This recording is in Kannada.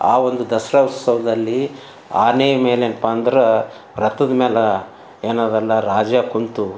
ಆ ಒಂದು ದಸರಾ ಉತ್ಸವದಲ್ಲಿ ಆನೆ ಮೇಲೆ ಎನಪ್ಪಾ ಅಂದ್ರೆ ರಥದ್ ಮೇಲೆ ಏನದಲ ರಾಜ ಕುಂತು